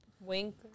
Wink